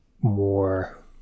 more